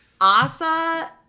Asa